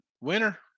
Winner